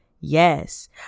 yes